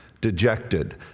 dejected